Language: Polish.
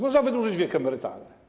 Można wydłużyć wiek emerytalny.